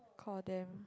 call them